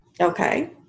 Okay